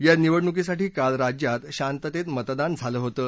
या निवडणुकीसाठी काल राज्यात शांततेत मतदार झालं होतं